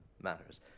matters